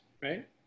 right